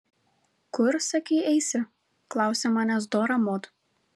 kur sakei eisi klausia manęs dora mod